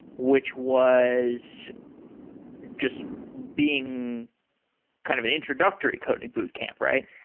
which was just being kind of an introductory coding boot camp, right?